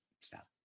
stop